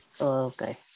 okay